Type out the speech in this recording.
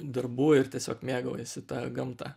darbų ir tiesiog mėgaujiesi ta gamta